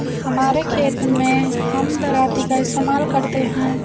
हमारे खेत मैं हम दरांती का इस्तेमाल करते हैं